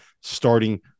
starting